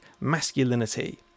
masculinity